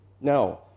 Now